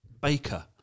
Baker